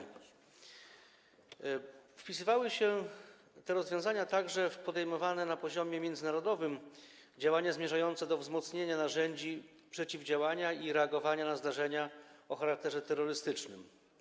Rozwiązania te wpisywały się także w podejmowane na poziomie międzynarodowym działania zmierzające do wzmocnienia narzędzi przeciwdziałania i reagowania na zdarzenia o charakterze terrorystycznym.